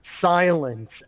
silence